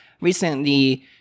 recently